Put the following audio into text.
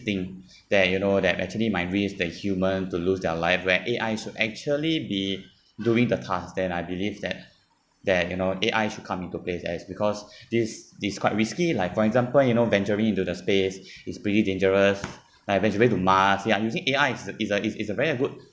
things that you know that actually might risk the human to lose their life where A_I should actually be doing the task then I believe that that you know A_I should come into place as because this this quite risky like for example you know venturing into the space is pretty dangerous like when they went to mars they are using A_I is it's it's a very good